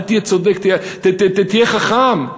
אל תהיה צודק, תהיה חכם.